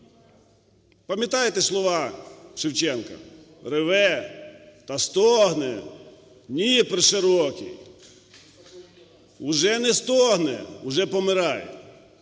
Пам'ятаєте слова Шевченка "Реве та стогне Дніпр широкий"? Вже не стогне, вже помирає.